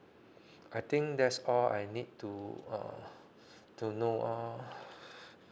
I think that's all I need to uh don't know uh